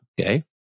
Okay